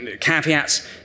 caveats